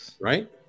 Right